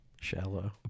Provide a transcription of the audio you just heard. Shallow